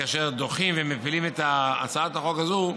כאשר דוחים ומפילים את הצעת החוק הזאת,